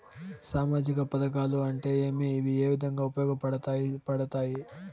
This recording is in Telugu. సామాజిక పథకాలు అంటే ఏమి? ఇవి ఏ విధంగా ఉపయోగపడతాయి పడతాయి?